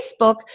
Facebook